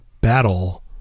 battle